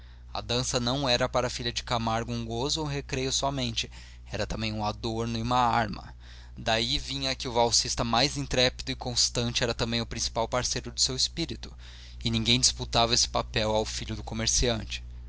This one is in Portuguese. a dança não era para a filha de camargo um gozo ou um recreio somente era também um adorno e uma arma daí vinha que o valsista mais intrépido e constante era também o principal parceiro do seu espírito e ninguém disputava esse papel ao filho do comerciante